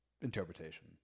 interpretation